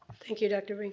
thank you, dr. behnke.